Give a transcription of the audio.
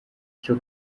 cyo